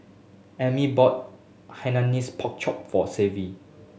Emit bought Hainanese Pork Chop for Savi